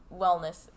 wellness